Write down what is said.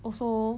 also